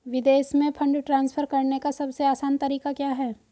विदेश में fund transfer करने का सबसे आसान तरीका क्या है?